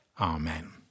Amen